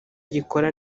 gikora